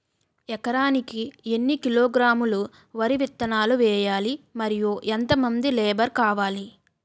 ఎకరానికి ఎన్ని కిలోగ్రాములు వరి విత్తనాలు వేయాలి? మరియు ఎంత మంది లేబర్ కావాలి?